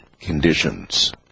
conditions